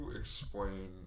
explain